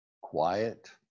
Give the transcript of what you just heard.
Quiet